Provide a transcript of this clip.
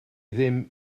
ddim